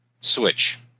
switch